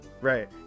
right